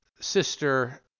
sister